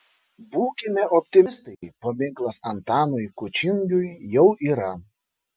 būkime optimistai paminklas antanui kučingiui jau yra